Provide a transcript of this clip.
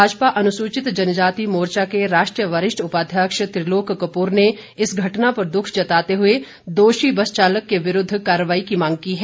भाजपा अनुसूचित जनजाति मोर्चा के राष्ट्रीय वरिष्ठ उपाध्यक्ष त्रिलोक कपूर ने इस घटना पर दुख जताते हुए दोषी बस चालक के विरूद्व कार्रवाई की मांग की है